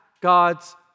God's